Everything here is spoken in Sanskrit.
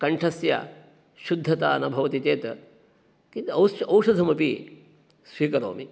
कण्ठस्य शुद्धता न भवति चेत् औषधमपि स्वीकरोमि